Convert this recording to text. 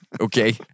Okay